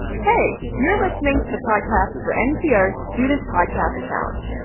hey. you're listening to the podcast for npr's student podcast challenge.